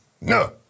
No